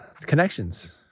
connections